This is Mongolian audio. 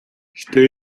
гэхдээ